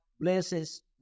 blesses